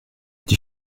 die